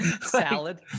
Salad